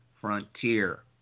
frontier